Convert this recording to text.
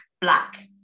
black